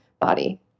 body